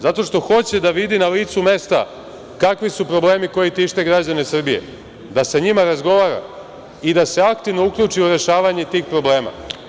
Zato što hoće da vidi na licu mestu kakvi su problemi koji tište građane Srbije, da sa njima razgovara i da se aktivno uključi u rešavanje tih problema.